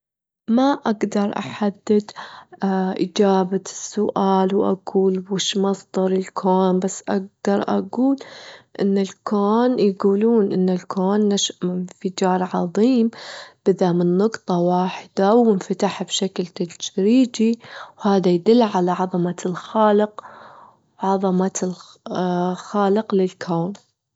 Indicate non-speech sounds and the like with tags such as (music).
ما أجدر احدد (hesitation) إجابة السؤال وأجول وش مصدر الكون، بس أجدر أجول إن الكون يجولون إن الكون نشأ من إنفجار عظيم، بدا من نقطة واحدة وانفتح بشكل تدريجي، وهذا يدل على عظمة الخالق (hesitation) وعظمة الخالق للكون.